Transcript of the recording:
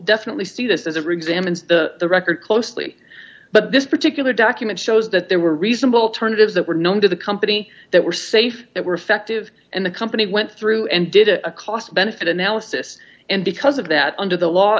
definitely see this as a or examines the record closely but this particular document shows that there were reasonable alternatives that were known to the company that were safe that were effective and the company went through and did a cost benefit analysis and because of that under the law